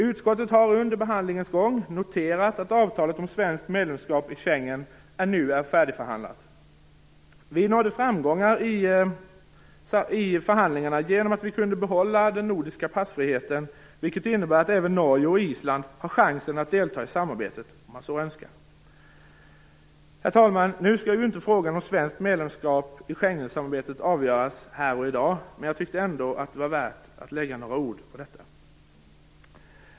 Utskottet har under behandlingens gång noterat att avtalet om svenskt medlemskap i Schengensamarbetet nu är färdigförhandlat. Vi nådde framgång i förhandlingarna genom att vi kunde behålla vår nordiska passfrihet, vilket innebär att även Norge och Island har chansen att delta i samarbetet om de så önskar. Herr talman, nu skall inte frågan om svenskt medlemskap i Schengensamarbetet avgöras här i dag, men jag tyckte ändå att det var värt att säga några ord om detta.